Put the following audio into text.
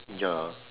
ya